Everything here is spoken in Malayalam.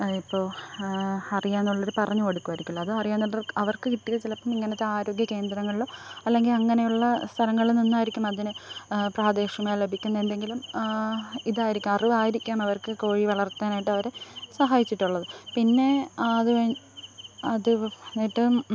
ഇപ്പോൾ അറിയാമെന്നുള്ളവർ പറഞ്ഞ് കൊടുക്ക്വാരിക്കല്ലൊ അത് അറിയാവുന്നത് അവര്ക്ക് കിട്ടിയ ചിലപ്പം ഇങ്ങനത്തെ ആരോഗ്യ കേന്ദ്രങ്ങളിൽ അല്ലെങ്കിൽ അങ്ങനെയുള്ള സ്ഥലങ്ങളിൽ നിന്നായിരിക്കും അതിന് പ്രാദേശമായി ലഭിക്കുന്ന എന്തെങ്കിലും ഇതായിരിക്കാം അറിവായിരിക്കാം അവര്ക്ക് കോഴി വളര്ത്താനായിട്ട് അവരെ സഹായിച്ചിട്ടുള്ളത് പിന്നെ ആ അത് കഴിഞ്ഞ് അത് കഴിഞ്ഞിട്ട്